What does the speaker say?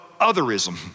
otherism